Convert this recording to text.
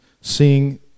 seeing